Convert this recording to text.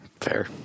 Fair